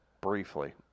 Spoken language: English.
briefly